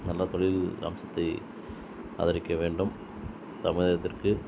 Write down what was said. நல்ல தொழில் அம்சத்தை ஆதரிக்க வேண்டும் சமயத்திற்கு